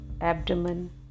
abdomen